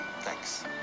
Thanks